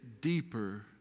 deeper